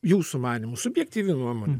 jūsų manymu subjektyvi nuomonė